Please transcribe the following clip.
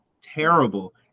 terrible